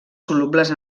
solubles